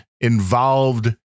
involved